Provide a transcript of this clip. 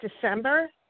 December